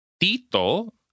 Tito